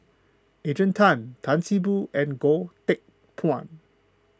Adrian Tan Tan See Boo and Goh Teck Phuan